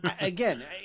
Again